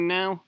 now